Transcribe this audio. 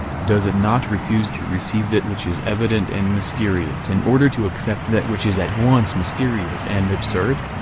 does it not refuse to receive that which is evident and mysterious in order to accept that which is at once mysterious and absurd?